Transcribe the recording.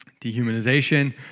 Dehumanization